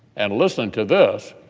and listen to this